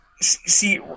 See